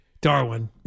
Darwin